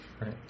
Right